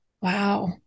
wow